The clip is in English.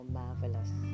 marvelous